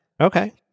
okay